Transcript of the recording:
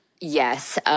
Yes